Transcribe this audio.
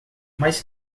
mais